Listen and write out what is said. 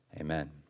amen